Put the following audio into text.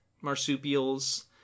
marsupials